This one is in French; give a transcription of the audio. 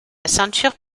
ceinture